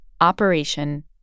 Operation